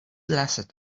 lasted